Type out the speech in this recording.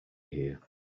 here